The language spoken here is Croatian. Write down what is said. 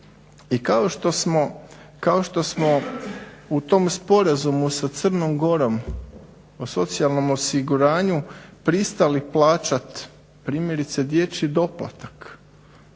I kao što smo u tom Sporazumu sa Crnom Gorom o socijalnom osiguranju pristali plaćati primjerice dječji doplatak